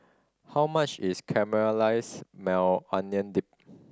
how much is Caramelized Maui Onion Dip